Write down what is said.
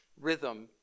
rhythm